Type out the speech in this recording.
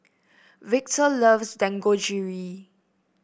Victor loves Dangojiru